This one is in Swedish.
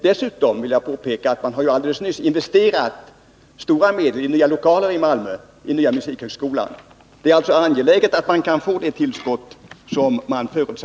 Dessutom vill jag påpe a att man helt nyligen har investerat stora medel i nya lokaler vid musikhögskolan i Malmö. Det är alltså angeläget att man får det tillskott som avsågs.